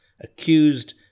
accused